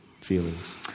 feelings